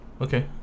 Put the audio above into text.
okay